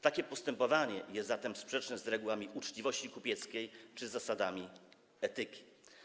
Takie postępowanie jest zatem sprzeczne z regułami uczciwości kupieckiej czy z zasadami etyki.